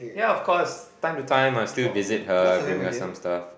yeah of course time to time I still visit her bring her some stuff